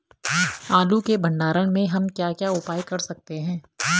आलू के भंडारण में हम क्या क्या उपाय कर सकते हैं?